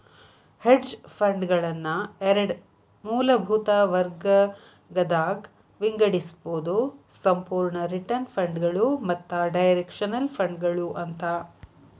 hedge ಫಂಡ್ಗಳನ್ನ ಎರಡ್ ಮೂಲಭೂತ ವರ್ಗಗದಾಗ್ ವಿಂಗಡಿಸ್ಬೊದು ಸಂಪೂರ್ಣ ರಿಟರ್ನ್ ಫಂಡ್ಗಳು ಮತ್ತ ಡೈರೆಕ್ಷನಲ್ ಫಂಡ್ಗಳು ಅಂತ